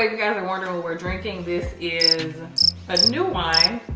ah guys are wonderful we're drinking this is a new wine,